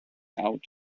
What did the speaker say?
out